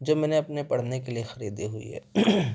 جو میں نے اپنے پڑھنے کے لیے خریدی ہوئی ہے